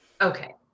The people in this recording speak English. Okay